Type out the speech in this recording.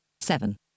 seven